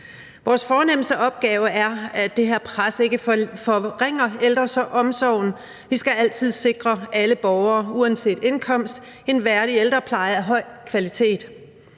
Vores fornemste opgave er, at det her pres ikke forringer ældreomsorgen; vi skal altid sikre alle borgere uanset indkomst en værdig ældrepleje af høj kvalitet.